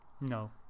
No